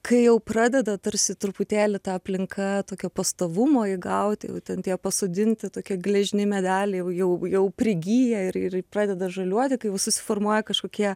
kai jau pradeda tarsi truputėlį ta aplinka tokio pastovumo įgauti jau ten tie pasodinti tokie gležni medeliai jau jau prigyja ir ir pradeda žaliuoti kai jau susiformuoja kažkokie